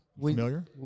familiar